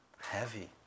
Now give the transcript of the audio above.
heavy